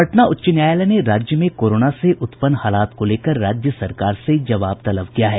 पटना उच्च न्यायालय ने राज्य में कोरोना से उत्पन्न हालात को लेकर राज्य सरकार से जवाब तलब किया है